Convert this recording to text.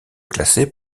classée